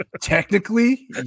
technically